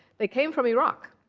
they came from iraq.